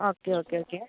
okay okay okay